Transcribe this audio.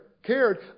cared